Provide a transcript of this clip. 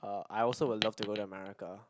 uh I also would love to go to America